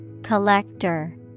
Collector